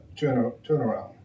turnaround